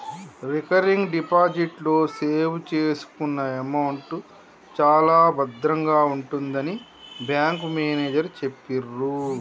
recurring deposit లో save చేసుకున్న amount చాలా భద్రంగా ఉంటుందని బ్యాంకు మేనేజరు చెప్పిర్రు